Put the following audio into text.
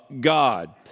God